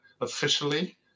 officially